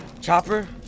Chopper